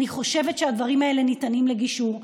אני חושבת שהדברים האלה ניתנים לגישור.